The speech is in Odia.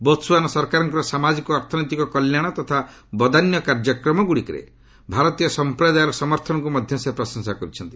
ବୋତ୍ସୁଆନା ସରକାରଙ୍କର ସାମାଜିକ ଓ ଅର୍ଥନୈତିକ କଲ୍ୟାଣ ତଥା ବଦାନ୍ୟ କାର୍ଯ୍ୟକ୍ରମଗୁଡ଼ିକରେ ଭାରତୀୟ ସମ୍ପ୍ରଦାୟର ସମର୍ଥନକୁ ମଧ୍ୟ ସେ ପ୍ରଶଂସା କରିଛନ୍ତି